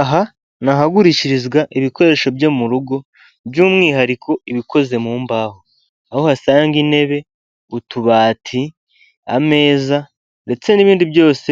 Aha ni ahagurishirizwa ibikoresho byo mu rugo, by'umwihariko ibikoze mu mbaho. Aho uhasanga intebe, utubati, ameza, ndetse n'ibindi byose